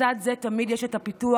לצד זה תמיד יש את הפיתוח.